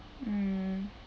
mm